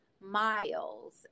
Miles